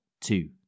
two